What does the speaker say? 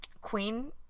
Queen